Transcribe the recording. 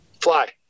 Fly